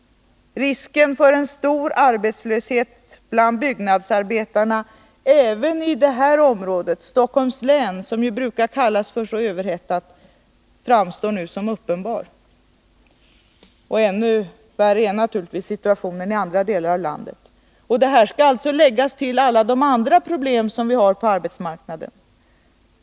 Risken för en stor arbetslöshet bland byggnadsarbetarna, även i Stockholms län, som brukar kallas överhettat, framstår nu som uppenbar. Än värre är det i andra delar av landet. Och detta skall alltså läggas till alla de övriga svårigheter som finns på arbetsmarknaden.